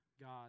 God